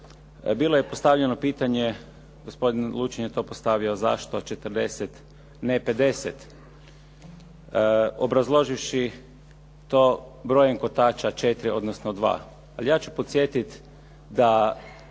Bilo je postavljeno pitanje, gospodin Lučin je to postavio zašto 40 ne 50 obrazloživši to brojem kotača 4 odnosno 2. Ali ja ću podsjetiti da